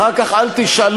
אחר כך אל תשאלו,